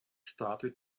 started